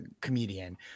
comedian